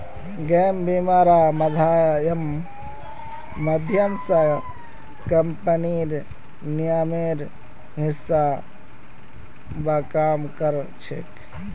gap बीमा र माध्यम स कम्पनीर नियमेर हिसा ब काम कर छेक